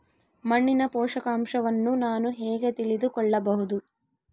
ಮಣ್ಣಿನ ಪೋಷಕಾಂಶವನ್ನು ನಾನು ಹೇಗೆ ತಿಳಿದುಕೊಳ್ಳಬಹುದು?